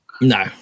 No